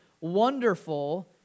wonderful